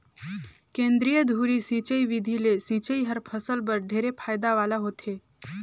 केंद्रीय धुरी सिंचई बिधि ले सिंचई हर फसल बर ढेरे फायदा वाला होथे